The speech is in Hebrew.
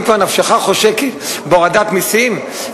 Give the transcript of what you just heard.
אם כבר נפשך חושקת בהורדת מסים,